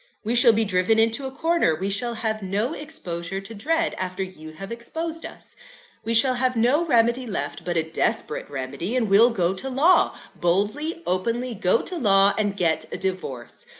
we shall be driven into a corner we shall have no exposure to dread after you have exposed us we shall have no remedy left, but a desperate remedy, and we'll go to law boldly, openly go to law, and get a divorce.